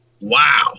Wow